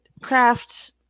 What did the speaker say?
craft